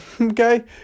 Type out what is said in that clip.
okay